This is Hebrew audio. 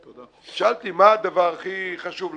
ושאלתי: מה הדבר הכי חשוב לכם?